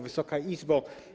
Wysoka Izbo!